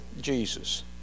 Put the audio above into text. Jesus